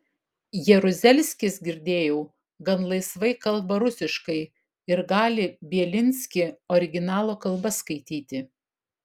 jaruzelskis girdėjau gan laisvai kalba rusiškai ir gali bielinskį originalo kalba skaityti